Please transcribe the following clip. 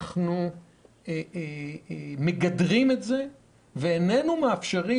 אנחנו מגדרים את זה ואיננו מאפשרים